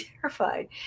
terrified